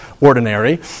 ordinary